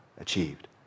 achieved